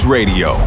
Radio